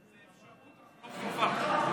זאת אפשרות ולא חובה.